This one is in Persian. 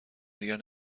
دیگر